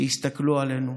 שיסתכלו עלינו,